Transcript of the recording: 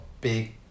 big